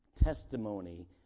testimony